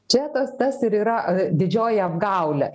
čia tas tas ir yra didžioji apgaulė